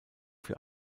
für